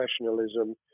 professionalism